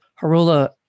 Harula